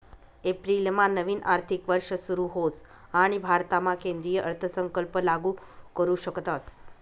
एप्रिलमा नवीन आर्थिक वर्ष सुरू होस आणि भारतामा केंद्रीय अर्थसंकल्प लागू करू शकतस